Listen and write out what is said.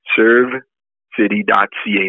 Servecity.ca